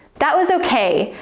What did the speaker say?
that was okay,